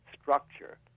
structure